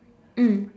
mm